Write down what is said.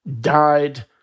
died